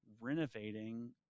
renovating